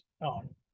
on